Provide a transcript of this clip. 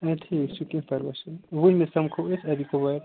ادٕ ٹھیٖک چھُ کیٚنٛہہ پَرواے چھُنہٕ وُہمہِ سَمکھوٚو أسۍ اَتی کُپوارِ